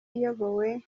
iyobowe